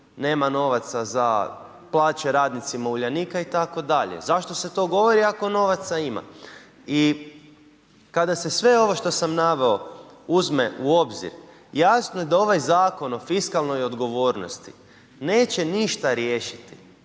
nema novaca za plaće radnicima Uljanika itd. zašto se to govori ako novaca ima? I kada se sve ovo što sam naveo uzme u obzir, jasno je da ovaj zakon o fiskalnoj odgovornosti neće ništa riješiti,